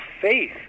faith